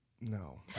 No